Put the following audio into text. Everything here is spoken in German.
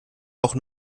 auch